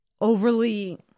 overly